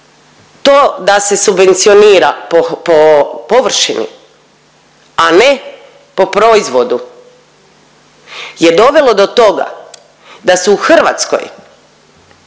to da se subvencionira po površini, a ne po proizvodu je dovelo do toga da su u Hrvatskoj